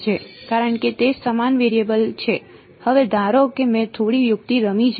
તેથી આ મર્યાદા પોતે બંને તરીકે અસ્તિત્વમાં નથી અને સ્વતંત્ર રીતે નજીક આવી રહી છે